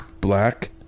black